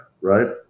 right